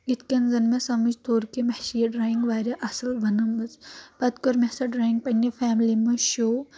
یِتھ کٔنۍ زَن مےٚ سَمجھ توٚر کہِ مےٚ چھِ یہِ ڈرایِنٛگ واریاہ اَصٕل بَنٲمٕژ پَتہٕ کٔر مےٚ سۄ ڈرایِنٛگ پنٕنہِ فیملی منٛز شو